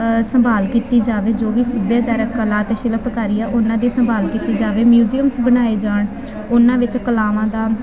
ਸੰਭਾਲ ਕੀਤੀ ਜਾਵੇ ਜੋ ਵੀ ਸੱਭਿਆਚਾਰਕ ਕਲਾ ਅਤੇ ਸ਼ਿਲਪਕਾਰੀ ਆ ਉਹਨਾਂ ਦੀ ਸੰਭਾਲ ਕੀਤੀ ਜਾਵੇ ਮਿਊਜ਼ੀਅਮਸ ਬਣਾਏ ਜਾਣ ਉਹਨਾਂ ਵਿੱਚ ਕਲਾਵਾਂ ਦਾ